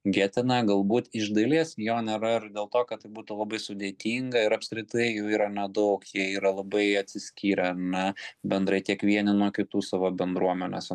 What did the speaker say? getene galbūt iš dalies jo nėra ir dėl to kad tai būtų labai sudėtinga ir apskritai jų yra nedaug jie yra labai atsiskyrę ar ne bendrai tiek vieni nuo kitų savo bendruomenėse